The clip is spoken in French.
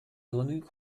grenouilles